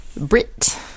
Brit